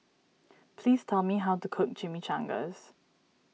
please tell me how to cook Chimichangas